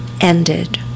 ended